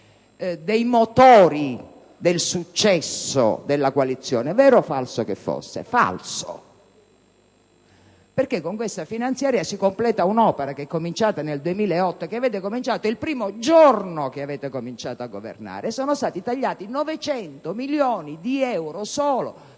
dei motori del successo della coalizione, vero o falso che fosse. Era falso, perché con questa finanziaria si completa un'opera che è cominciata nel 2008, dal primo giorno in cui avete iniziato a governare: sono stati tagliati 900 milioni di euro solo